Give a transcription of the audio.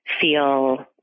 feel